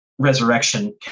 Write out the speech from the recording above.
Resurrection